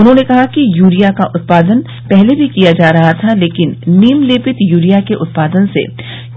उन्होंने कहा कि यूरिया का उत्पादन पहले भी किया जा रहा था लेकिन नीम लेपित यूरिया के उत्पादन से